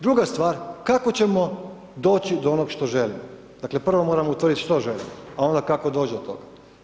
Druga stvar, kako ćemo doći do onog što želimo, dakle prvo moramo utvrdit što želimo, a onda kako doć do toga.